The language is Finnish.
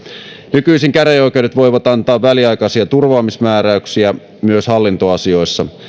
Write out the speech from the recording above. nykyisin käräjäoikeudet voivat antaa väliaikaisia turvaamismääräyksiä myös hallintoasioissa